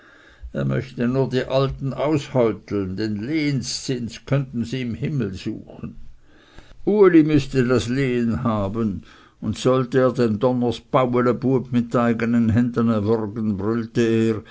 er möchte nur die alten aushäuteln den lehenzins könnten sie im himmel suchen uli müßte das lehen haben und sollte er den donners bauelebueb mit eigenen händen erwürgen brüllte er